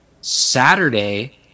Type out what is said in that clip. saturday